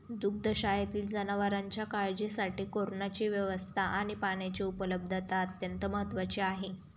दुग्धशाळेतील जनावरांच्या काळजीसाठी कुरणाची व्यवस्था आणि पाण्याची उपलब्धता अत्यंत महत्त्वाची आहे